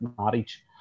Marriage